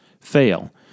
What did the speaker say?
fail